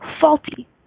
faulty